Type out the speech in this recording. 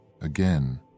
again